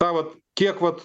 tą vat kiek vat